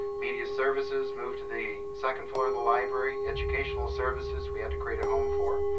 media services moved to the second floor of the library. educational services, we had to create a home for.